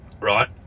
right